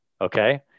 Okay